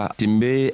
timbe